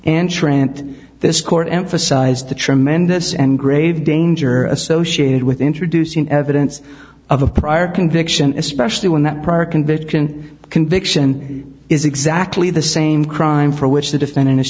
court emphasized the tremendous and grave danger associated with introducing evidence of a prior conviction especially when that prior conviction conviction is exactly the same crime for which the defendant is